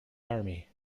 army